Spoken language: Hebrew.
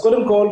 קודם כול,